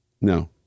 No